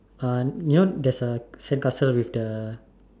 uh you know there's a sandcastle with the